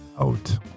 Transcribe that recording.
Out